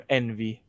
envy